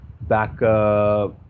back